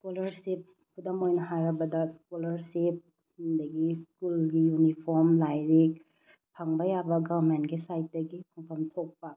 scholarship ꯈꯨꯗꯝ ꯑꯣꯏꯅ ꯍꯥꯏꯔꯕꯗ ꯏꯁꯀꯣꯂꯥꯔꯁꯤꯞ ꯑꯗꯒꯤ ꯁ꯭ꯀꯨꯜꯒꯤ ꯌꯨꯅꯤꯐꯣꯝ ꯂꯥꯏꯔꯤꯛ ꯐꯪꯕ ꯌꯥꯕ ꯒꯔꯃꯦꯟꯒꯤ ꯁꯥꯏꯠꯇꯒꯤ ꯐꯪꯐꯝ ꯊꯣꯛꯄ